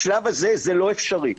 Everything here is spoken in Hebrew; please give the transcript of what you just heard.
בשלב הזה זה לא אפשרי,